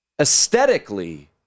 Aesthetically